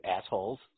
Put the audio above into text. assholes